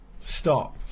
Stop